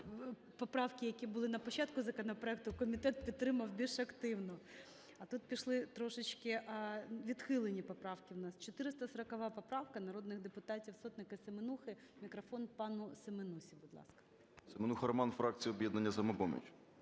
поправки, які були на початку законопроекту, комітет підтримав більш активно. А тут пішли трошечки відхилені поправки у нас. 440 поправка народних депутатів Сотник і Семенухи. Мікрофон пану Семенусі, будь ласка. 13:45:26 СЕМЕНУХА Р.С. Семенуха Роман, фракція "Об'єднання "Самопоміч".